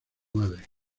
madre